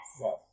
Yes